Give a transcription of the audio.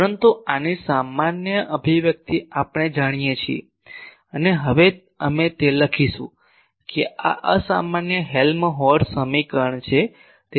પરંતુ આની સામાન્ય અભિવ્યક્તિ આપણે જાણીએ છીએ અને હવે અમે તે લખીશું કે આ અસામાન્ય હેલ્મહોલ્ટ્ઝ સમીકરણ છે